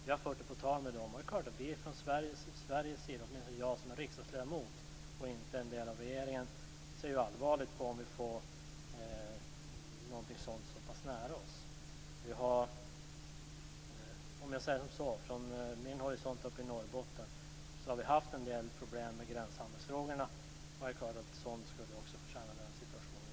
Vi har fört det på tal med danskarna. Vi från Sveriges sida, åtminstone jag som riksdagsledamot och inte en del av regeringen, ser allvarligt på om vi får någonting sådant så pass nära oss. Från min horisont uppe i Norrbotten kan jag säga att vi haft en del problem med gränshandelsfrågorna. Sådant skulle försämra situationen i Danmark.